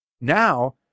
Now